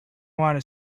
want